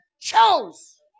chose